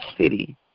city